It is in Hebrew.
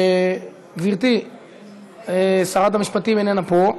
גברתי שרת המשפטים איננה פה,